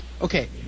Okay